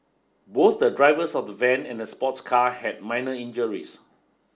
both the drivers of the van and the sports car had minor injuries